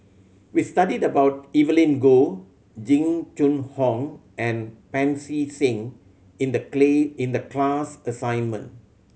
we studied about Evelyn Goh Jing Jun Hong and Pancy Seng in the in the class assignment